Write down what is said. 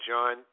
John